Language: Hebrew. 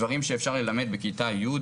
דברים שאפשר ללמד בכיתה י',